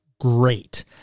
great